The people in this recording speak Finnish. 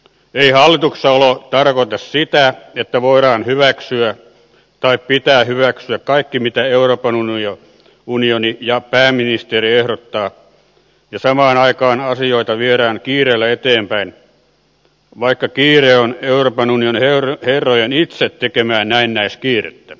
ei hallituksessa olo tarkoita sitä että voidaan hyväksyä tai pitää hyväksyä kaikki mitä euroopan unioni ja pääministeri ehdottavat ja samaan aikaan asioita viedään kiireellä eteenpäin vaikka kiire on euroopan unionin herrojen itse tekemää näennäiskiirettä